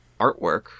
artwork